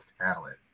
talent